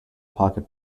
pocket